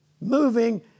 moving